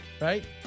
right